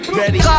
ready